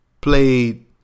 played